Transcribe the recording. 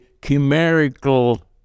chimerical